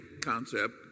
concept